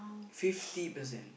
fifty percent